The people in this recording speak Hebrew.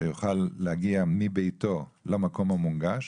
כדי שיוכל להגיע מביתו למקום המונגש.